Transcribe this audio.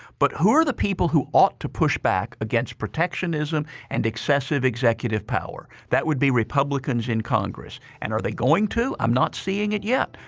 but who are the people who ought to push back against protectionism and excessive executive power? that would be republicans in congress. and are they going to? i'm not seeing it yet.